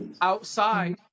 outside